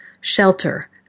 shelter